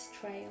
trail